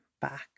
back